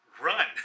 run